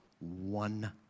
one